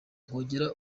kugera